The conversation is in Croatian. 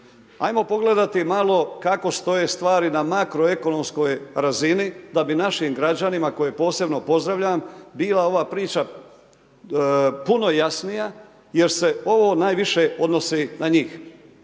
Ajmo pogledati malo kako stoje stvari na makroekonomskoj razini da bi našim građanima koje posebno pozdravljam, bila ova priča puno jasnija jer se ovo najviše odnosi na njih.